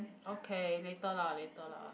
okay later lah later lah